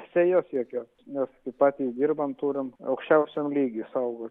sėjos jokios nes patys dirbam turim aukščiausiam lygį saugot